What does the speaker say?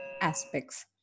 aspects